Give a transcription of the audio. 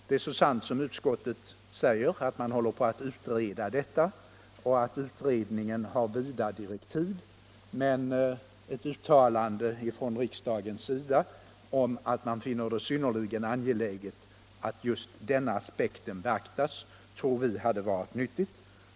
Det är så sant som utskottet säger att man håller på att utreda detta och att utredningen har vida direktiv, men ett uttalande från riksdagen om att den finner det synnerligen angeläget att just den aspekten beaktas tror vi hade varit nyttigt.